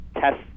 test